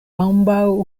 ambaŭ